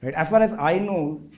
but as far as i know,